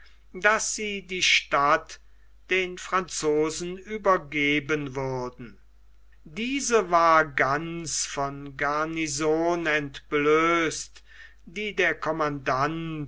daß sie die stadt den franzosen übergeben würden diese war ganz von garnison entblößt die der commandant